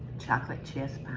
chocolate chess